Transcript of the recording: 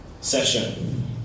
session